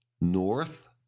north